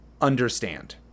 understand